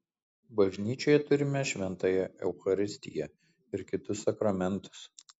bažnyčioje turime šventąją eucharistiją ir kitus sakramentus